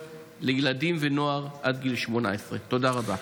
בקרב ילדים ונוער עד גיל 18. תודה רבה.